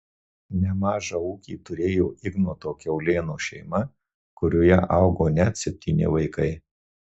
nemažą ūkį turėjo ignoto kiaulėno šeima kurioje augo net septyni vaikai